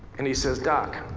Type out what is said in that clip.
and he says, doc,